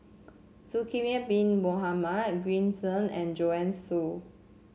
Zulkifli Bin Mohamed Green Zeng and Joanne Soo